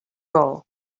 role